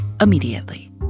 immediately